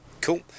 Cool